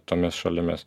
tomis šalimis